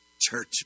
church